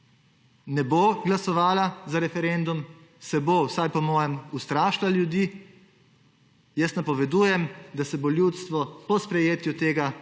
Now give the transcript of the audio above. ne bo glasovala za referendum, se bo, vsaj po mojem mnenju, ustrašila ljudi, jaz napovedujem, da se bo ljudstvo po sprejetju tega